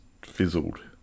fizzled